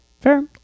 fair